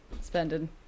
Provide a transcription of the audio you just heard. spending